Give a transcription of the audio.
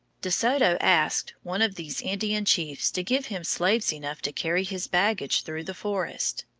de soto asked one of these indian chiefs to give him slaves enough to carry his baggage through the forest.